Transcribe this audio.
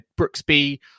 Brooksby